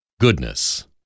goodness